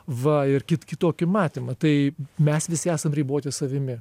va ir kit kitokį matymą tai mes visi esam riboti savimi